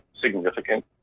significant